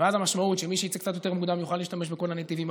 ואז המשמעות היא שמי שיצא קצת יותר מוקדם יוכל להשתמש בכל הנתיבים.